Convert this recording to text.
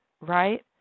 right